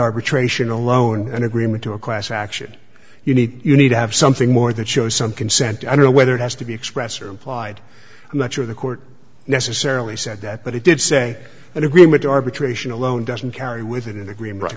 arbitration alone an agreement to a class action you need you need to have something more than show some consent i don't know whether it has to be express or implied i'm not sure the court necessarily said that but he did say that agreement arbitration alone doesn't carry with it